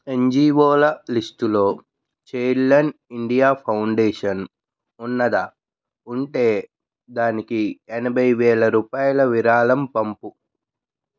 యన్జిఓల లిస్టులో Childline India foundation ఉన్నదా ఉంటే దానికి ఎనభై వేల రూపాయల విరాళం పంపుము